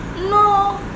No